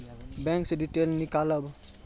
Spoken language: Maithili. बैंक से डीटेल नीकालव?